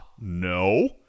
no